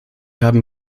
haben